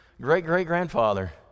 great-great-grandfather